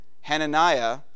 Hananiah